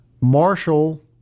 Marshall